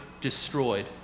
destroyed